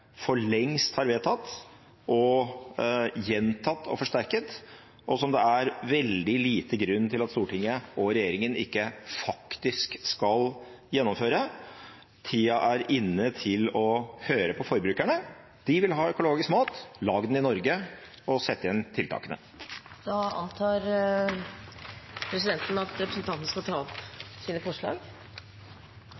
for lengst har vedtatt, gjentatt og forsterket, og som det er veldig liten grunn til at Stortinget og regjeringen ikke skal gjennomføre. Tida er inne til å høre på forbrukerne. De vil ha økologisk mat. Lag den i Norge og sett i gang tiltakene. Presidenten antar at representanten skal ta opp